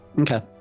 Okay